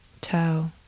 toe